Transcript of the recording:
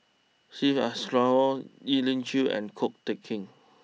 Syed Alsagoff Elim Chew and Ko Teck Kin